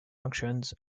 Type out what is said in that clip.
functions